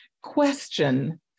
question